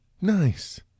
nice